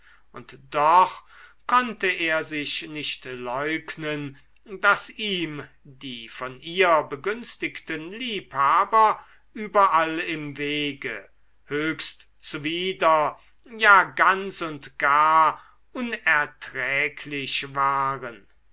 und doch konnte er sich nicht leugnen daß ihm die von ihr begünstigten liebhaber überall im wege höchst zuwider ja ganz und gar unerträglich waren